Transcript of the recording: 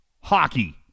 hockey